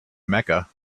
mecca